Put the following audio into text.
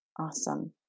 Awesome